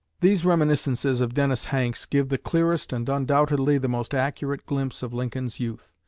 these reminiscences of dennis hanks give the clearest and undoubtedly the most accurate glimpse of lincoln's youth.